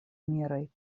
мерой